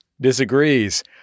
disagrees